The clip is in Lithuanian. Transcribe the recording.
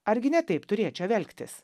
argi ne taip turėčiau elgtis